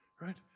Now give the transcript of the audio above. right